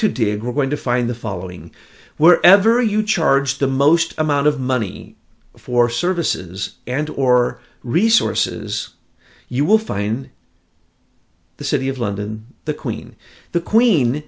a growing to find the following wherever you charge the most amount of money for services and or resources you will find in the city of london the queen the queen